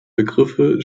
begriffe